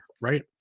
right